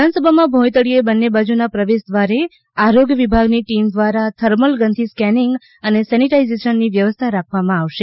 વિધાનસભામાં ભોયતળીયે બંને બાજુના પ્રવેશ ધ્વારે આરોગ્ય વિભાગની ટીમ દ્વારા થર્મલ ગનથી સ્કેનીંગ અને સેનીટાઈઝેશનની વ્યવસ્થા રાખવામાં આવશે